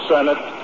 Senate